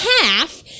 half